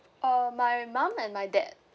uh my mum and my dad